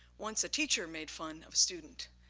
once a teacher made fun of a student,